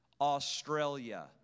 Australia